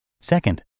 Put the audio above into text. Second